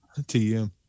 TM